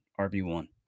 RB1